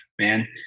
man